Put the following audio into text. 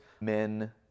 Men